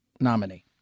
nominee